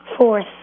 Fourth